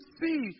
see